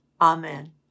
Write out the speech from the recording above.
Amen